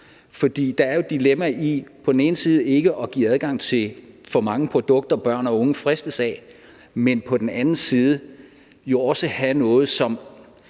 den ene side ikke at give adgang til for mange produkter, børn og unge fristes af, og på den anden side også at have nogle